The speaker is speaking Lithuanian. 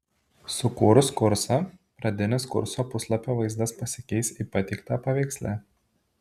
sukūrus kursą pradinis kurso puslapio vaizdas pasikeis į pateiktą paveiksle